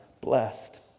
blessed